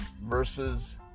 versus